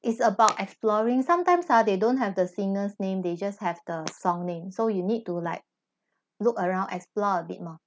is about exploring sometimes ah they don't have the singers name they just have the song name so you need to like look around explore a bit more